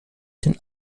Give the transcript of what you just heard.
den